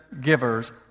givers